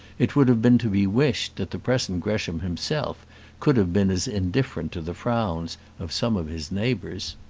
it would have been to be wished that the present gresham himself could have been as indifferent to the frowns of some of his neighbours.